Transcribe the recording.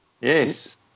Yes